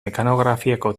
mekanografiako